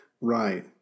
Right